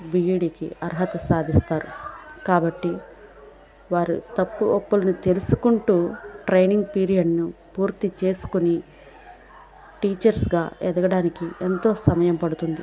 బీఈడీకి అర్హత సాధిస్తారు కాబట్టి వారు తప్పు ఒప్పుల్ని తెలుసుకుంటు ట్రైనింగ్ పీరియడ్ను పూర్తి చేసుకొని టీచర్స్గా ఎదగడానికి ఎంతో సమయం పడుతుంది